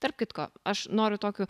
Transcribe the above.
tarp kitko aš noriu tokių